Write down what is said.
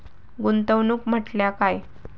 गुंतवणूक म्हटल्या काय?